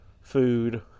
food